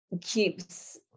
keeps